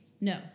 no